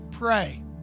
pray